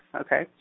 okay